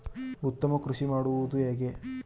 ಉತ್ತಮ ಕೃಷಿ ಮಾಡುವುದು ಹೇಗೆ?